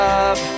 up